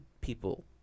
people